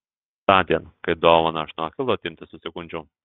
tądien kai dovaną aš nuo achilo atimti susigundžiau